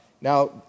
Now